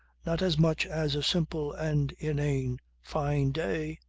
not as much as a simple and inane fine day.